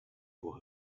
for